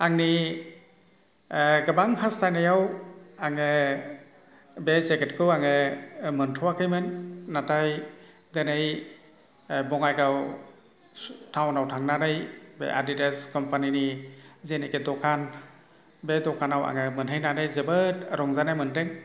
आंनि गोबां हास्थायनायाव आङो बे जेकेटखौ आङो मोनथ'वाखैमोन नाथाय दिनै बङाइगाव टाउनाव थांनानै बे आदिदास खम्पानिनि जेनोखि दखान बे दखानाव आङो मोनहैनानै जोबोद रंजानाय मोनदों